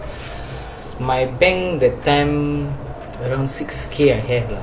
my bank that time around six K I have lah